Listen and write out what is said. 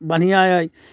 बढ़िआँ अइ